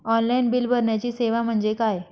Online bill भरण्याची सेवा म्हणजे काय?